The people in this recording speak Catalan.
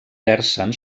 versen